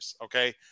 okay